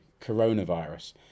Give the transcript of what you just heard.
coronavirus